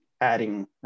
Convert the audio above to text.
adding